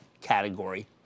category